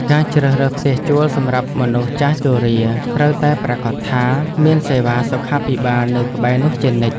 ការជ្រើសរើសផ្ទះជួលសម្រាប់មនុស្សចាស់ជរាត្រូវតែប្រាកដថាមានសេវាសុខាភិបាលនៅក្បែរនោះជានិច្ច។